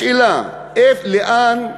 השאלה: לאן,